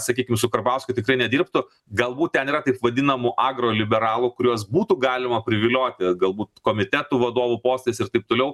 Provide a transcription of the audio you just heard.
sakykim su karbauskiu tikrai nedirbtų galbūt ten yra taip vadinamų agro liberalų kuriuos būtų galima privilioti galbūt komitetų vadovų postais ir taip toliau